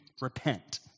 repent